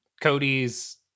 Cody's